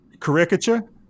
Caricature